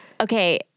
Okay